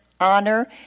honor